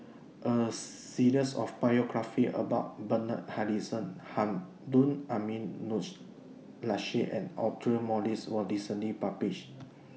A series of biographies about Bernard Harrison Harun Aminurrashid and Audra Morrice was recently published